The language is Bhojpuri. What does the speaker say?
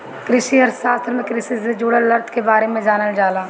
कृषि अर्थशास्त्र में कृषि से जुड़ल अर्थ के बारे में जानल जाला